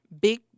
big